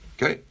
Okay